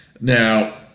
Now